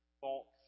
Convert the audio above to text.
faults